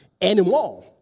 anymore